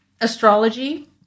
astrology